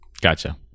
Gotcha